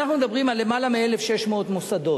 אנחנו מדברים על יותר מ-1,600 מוסדות,